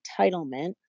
entitlement